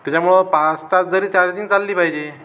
त्याच्यामुळं पाच तास जरी चार्जिंग चालली पाहिजे